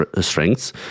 strengths